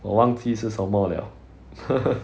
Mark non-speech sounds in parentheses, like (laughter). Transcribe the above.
我忘记是什么 liao (laughs)